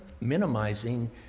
minimizing